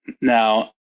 Now